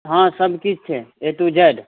हँ सभकिछु छै ए टु जेड